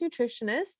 nutritionist